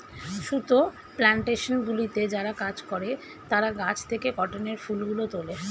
সুতো প্ল্যানটেশনগুলিতে যারা কাজ করে তারা গাছ থেকে কটনের ফুলগুলো তোলে